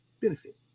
benefit